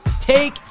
Take